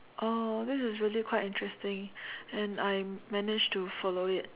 oh this is really quite interesting and I managed to follow it